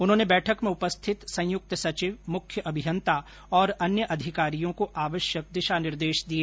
उन्होंने बैठक में उपस्थित संयुक्त सचिव मुख्य अभियन्ता और अन्य अधिकारियों को आवश्यक दिशा निर्देश दिए